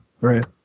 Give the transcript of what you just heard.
Right